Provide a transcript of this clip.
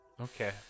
Okay